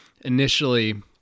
initially